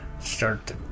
start